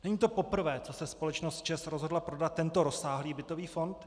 Není to poprvé, co se společnost ČEZ rozhodla prodat tento rozsáhlý bytový fond.